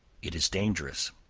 it is dangerous.